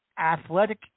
Athletic